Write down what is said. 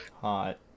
Hot